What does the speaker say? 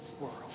world